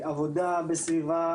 עבודה בסביבה